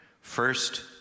First